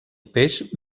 peix